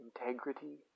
integrity